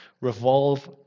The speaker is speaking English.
revolve